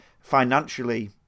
Financially